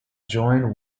joined